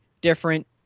different